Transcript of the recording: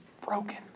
broken